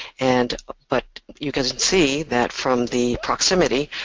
and but you can see that from the proximity,